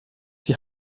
die